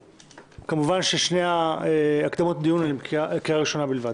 כמובן ששתי הבקשות הן לקריאה הראשונה בלבד.